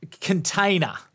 container